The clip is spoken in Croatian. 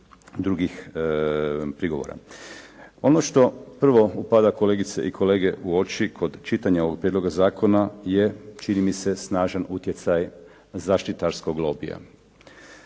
drugih prigovora. Ono što prvo upada kolegice i kolege u oči kod čitanja ovog prijedloga zakona je čini mi se snažan utjecaj zaštitarskog lobija.